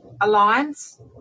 Alliance